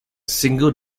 single